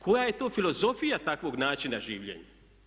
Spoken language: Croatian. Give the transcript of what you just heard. Koja je to filozofija takvog načina življenja.